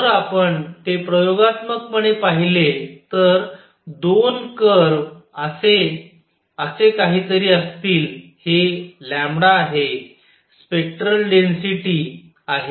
जर आपण ते प्रयोगात्मकपणे पाहिले तर दोन कर्व असे काहीतरी असतील हे आहे स्पेक्टरल डेन्सिटी आहे